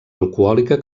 alcohòlica